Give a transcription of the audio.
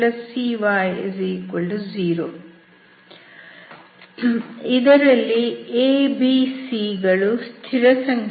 ಇದರಲ್ಲಿ a b ಮತ್ತು c ಗಳು ಸ್ಥಿರಸಂಖ್ಯೆಗಳು